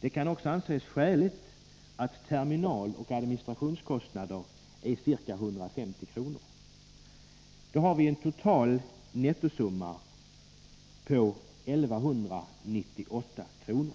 Det kan också anses skäligt att terminaloch administrationskostnaderna uppgår till ca 150 kr. Då har vi en total nettosumma på 1 198 kr.